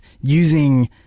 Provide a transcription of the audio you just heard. using